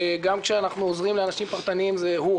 וגם כשאנחנו עוזרים לאנשים פרטניים זה הוא.